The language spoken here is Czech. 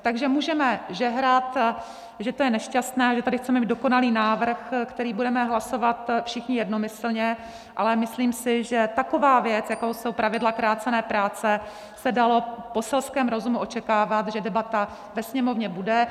Takže můžeme žehrat, že to je nešťastné a že tady chceme mít dokonalý návrh, o kterém budeme hlasovat všichni jednomyslně, ale myslím si, že u takové věci, jakou jsou pravidla krácené práce, se dalo selským rozumem očekávat, že debata ve Sněmovně bude.